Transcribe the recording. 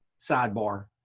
sidebar